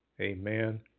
Amen